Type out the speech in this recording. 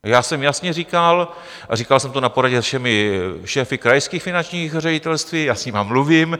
Já jsem jasně říkal, a říkal jsem to na poradě se všemi šéfy krajských finančních ředitelství já s nimi mluvím.